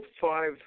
five